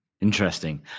Interesting